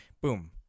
Boom